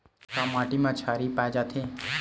का माटी मा क्षारीय पाए जाथे?